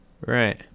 Right